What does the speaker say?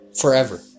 forever